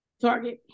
Target